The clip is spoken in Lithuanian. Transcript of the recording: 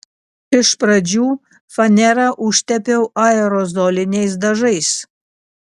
iš pradžių fanerą užtepiau aerozoliniais dažais